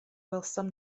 welsom